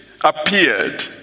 appeared